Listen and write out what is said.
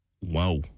Wow